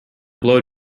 blow